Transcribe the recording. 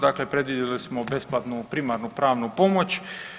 Dakle, predvidjeli smo besplatnu primarnu pravnu pomoć.